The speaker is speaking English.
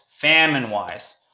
famine-wise